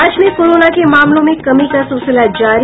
राज्य में कोरोना के मामलों में कमी का सिलसिला जारी